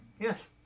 Yes